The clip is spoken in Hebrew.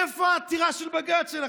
איפה העתירה שלכם לבג"ץ?